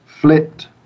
flipped